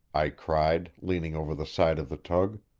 i cried, leaning over the side of the tug.